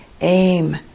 aim